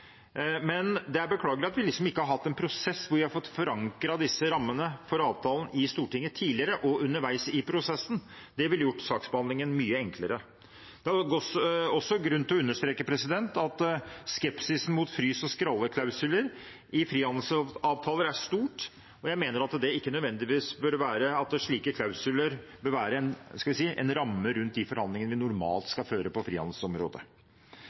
men det er beklagelig at vi ikke har hatt en prosess der vi har fått forankret disse rammene for avtalen i Stortinget tidligere og underveis i prosessen. Det ville gjort saksbehandlingen mye enklere. Det er også grunn til å understreke at skepsisen til frys- og skralleklausuler i frihandelsavtaler er stor, og jeg mener at slike klausuler ikke nødvendigvis bør være – skal vi si – en ramme rundt de forhandlingene vi normalt skal føre på frihandelsområdet.